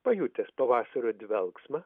pajutęs pavasario dvelksmą